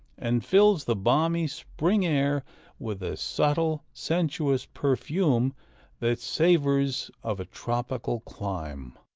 and fills the balmy spring air with a subtle, sensuous perfume that savors of a tropical clime.